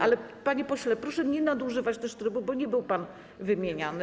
Ale panie pośle, proszę nie nadużywać też trybu, bo nie był pan wymieniany.